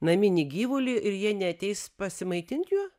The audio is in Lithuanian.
naminį gyvulį ir jie neateis pasimaitint juo